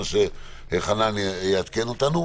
מה שחנן יעדכן אותנו.